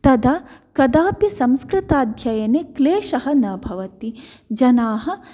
तदा कदापि संस्कृताध्ययने क्लेशः न भवति जनाः